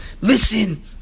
listen